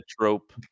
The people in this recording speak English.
trope